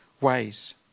ways